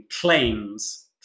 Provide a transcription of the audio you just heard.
claims